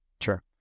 Sure